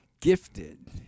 gifted